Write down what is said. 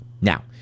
Now